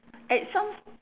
at some s~